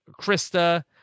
Krista